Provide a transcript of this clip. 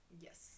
Yes